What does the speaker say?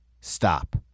stop